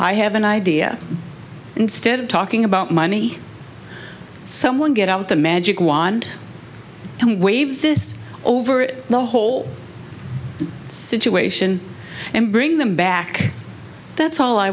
i have an idea instead of talking about money someone get out the magic wand and wave this over the whole situation and bring them back that's all i